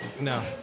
No